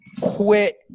quit